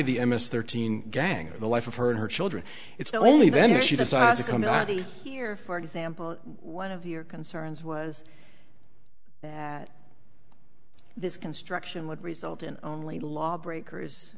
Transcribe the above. the m s thirteen gang and the life of her and her children it's only then that she decided to come here for example one of your concerns was this construction would result in only lawbreakers